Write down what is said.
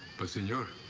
but, senor, i